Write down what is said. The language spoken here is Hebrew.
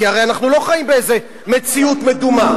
כי הרי אנחנו לא חיים באיזה מציאות מדומה.